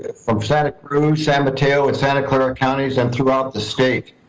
from santa cruz, san mateo and santa clara county and throughout the state.